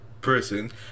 person